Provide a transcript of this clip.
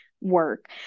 work